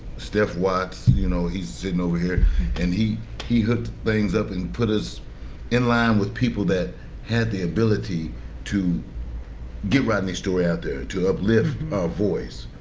steph watts, you know he's sitting over here and he he hooked things up and put us in line with people that had the ability to get rodney's story out there to help lift our voice.